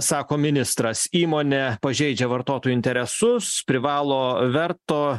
sako ministras įmonė pažeidžia vartotojų interesus privalo verto